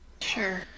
Sure